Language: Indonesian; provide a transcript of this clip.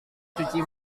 cuci